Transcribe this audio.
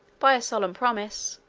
by a solemn promise,